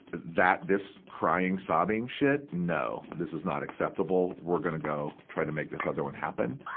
that, this crying sobbing shit, no, this is not acceptable. we're gonna go try to make this other on happen.